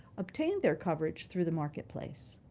obtained their coverage through the marketplace.